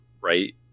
right